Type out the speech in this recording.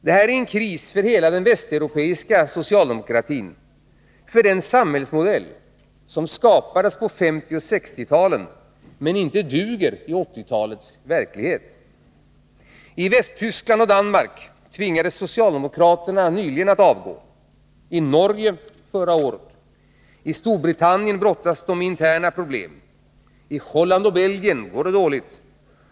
Detta är en kris för hela den västeuropeiska socialdemokratin — för den samhällsmodell som skapades på 1950 och 1960-talen men som inte duger i 1980-talets verklighet. I Västtyskland och Danmark tvingades socialdemokraterna nyligen att avgå — i Norge förra året. I Storbritannien brottas de med interna problem. I Holland och Belgien går det dåligt.